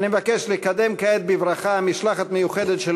אני מבקש כעת לקדם בברכה משלחת מיוחדת של